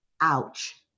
Ouch